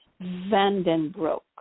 Vandenbroek